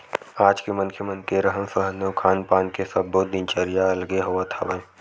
आज के मनखे मन के रहन सहन अउ खान पान के सब्बो दिनचरया अलगे होवत हवय